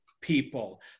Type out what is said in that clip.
people